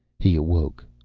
he awoke,